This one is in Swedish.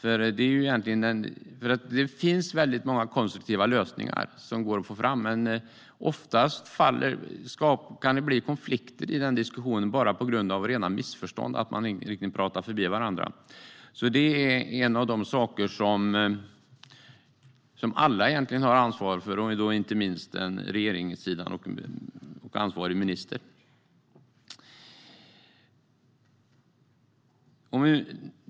Det finns väldigt många konstruktiva lösningar som går att få fram, men oftast kan det uppstå konflikter i den diskussionen bara på grund av rena missförstånd som beror på att man pratar förbi varandra. Det är en av de saker som egentligen alla har ansvar för, inte minst regeringen och ansvarig minister.